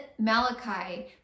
Malachi